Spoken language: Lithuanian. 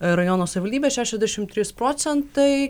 rajono savivaldybė šešiasdešimt trys procentai